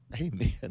Amen